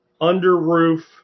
under-roof